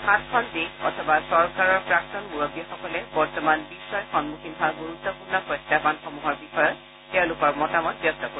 সাতখন দেশ অথবা চৰকাৰৰ প্ৰাক্তন মুৰববীসকলে বৰ্তমান বিধ্বই সন্মুখীন হোৱা গুৰুত্বপূৰ্ণ প্ৰত্যায়নসমূহৰ বিষয়ত তেওঁলোকৰ মতামত ব্যক্ত কৰিব